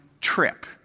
trip